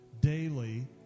daily